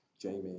Jamie